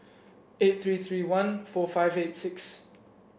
eight three three one four five eight six